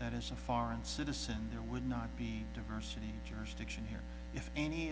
that is a foreign citizen there would not be diversity jurisdiction here if any